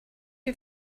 you